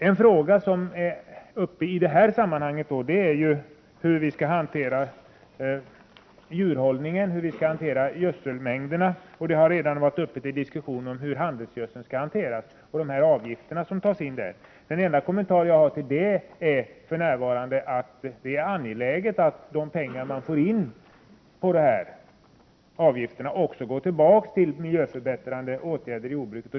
En fråga som är aktuell i detta sammanhang är hur vi skall hantera djurhållningen och gödselmängderna. Det har redan varit uppe till diskussion hur handelsgödseln och de avgifter som tas in för den skall hanteras. Den enda kommentar jag för närvarande har till det är att det är angeläget att de pengar som fås in genom dessa avgifter också går tillbaka till miljöförbättrande åtgärder inom jordbruket.